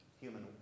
human